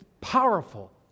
powerful